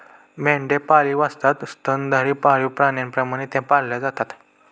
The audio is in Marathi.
मेंढ्या पाळीव असतात स्तनधारी पाळीव प्राण्यांप्रमाणे त्या पाळल्या जातात